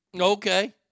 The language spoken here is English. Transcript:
Okay